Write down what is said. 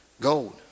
Gold